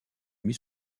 mis